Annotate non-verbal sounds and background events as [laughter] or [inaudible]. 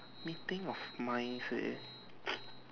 meeting of mine say [noise]